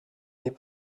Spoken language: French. n’est